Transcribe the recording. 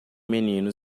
menino